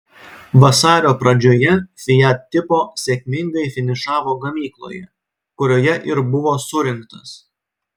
vasario pradžioje fiat tipo sėkmingai finišavo gamykloje kurioje ir buvo surinktas